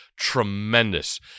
tremendous